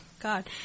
God